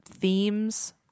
themes